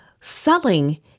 Selling